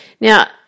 Now